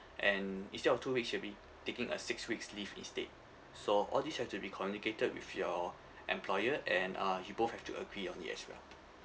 and instead of two weeks he'll be taking a six weeks leave instead so all these have to be communicated with your employer and uh you both have to agree on it as well